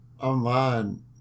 online